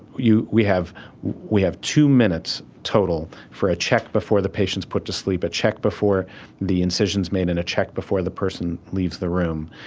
we have we have two minutes total for a check before the patient's put to sleep, a check before the incision's made and a check before the person leaves the room.